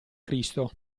cristo